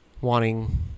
wanting